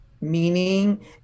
meaning